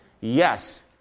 Yes